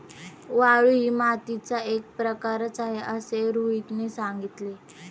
वाळू ही मातीचा एक प्रकारच आहे असे रोहितने सांगितले